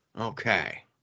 Okay